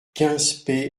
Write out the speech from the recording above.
quinze